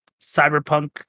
cyberpunk